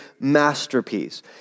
masterpiece